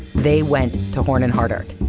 they went to horn and hardart.